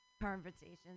conversations